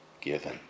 given